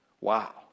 Wow